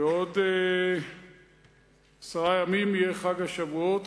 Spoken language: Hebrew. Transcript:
בעוד כעשרה ימים יהיה חג השבועות,